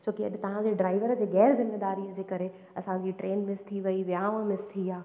छो की अॼु तव्हांजे ड्राइवर जे ग़ैरज़िमेदारीअ जे करे असांजी ट्रेन मिस थी वई विहांउ मिस थी विया